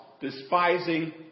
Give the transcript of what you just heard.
despising